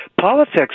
Politics